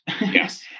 Yes